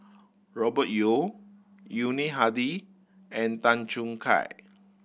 Robert Yeo Yuni Hadi and Tan Choo Kai